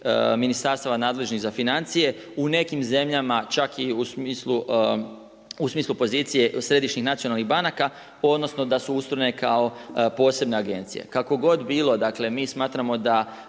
ministarstva nadležnih za financije u nekim zemljama, čak i u smislu pozicije središnjih nacionalnih banaka odnosno da su ustrojene kao posebne agencije. Kako god bilo, dakle mi smatramo da